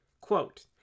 quote